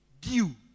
due